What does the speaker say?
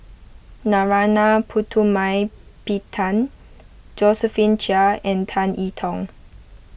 Narana Putumaippittan Josephine Chia and Tan I Tong